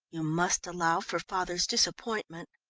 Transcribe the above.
you must allow for father's disappointment.